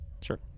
Sure